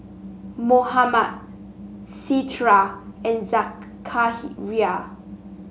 Muhammad Citra and Zakaria